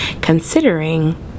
considering